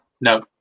no